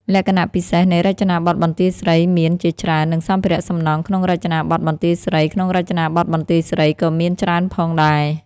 លក្ខណៈពិសេសនៃរចនាបថបន្ទាយស្រីមានជាច្រើន និងសម្ភារៈសំណង់ក្នុងរចនាបថបន្ទាយស្រីក្នុងរចនាបថបន្ទាយស្រីក៏មានច្រើនផងដែរ។